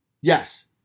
yes